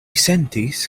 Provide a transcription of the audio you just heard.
sentis